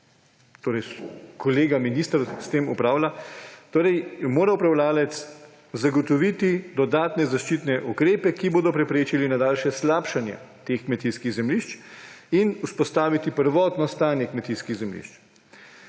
kolega minister s tem upravlja – zagotoviti dodatne zaščitne ukrepe, ki bodo preprečili nadaljnje slabšanje teh kmetijskih zemljišč, in vzpostaviti prvotno stanje kmetijskih zemljišč,